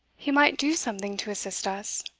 he might do something to assist us.